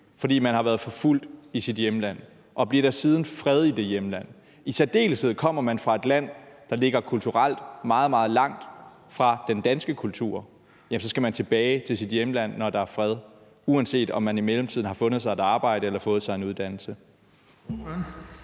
fordi man har været forfulgt i sit hjemland, og der siden bliver fred i det hjemland – i særdeleshed hvis man kommer fra et land, der ligger kulturelt meget, meget langt fra den danske kultur – så skal man tilbage til sit hjemland, uanset om man i mellemtiden har fundet sig et arbejde eller fået sig en uddannelse.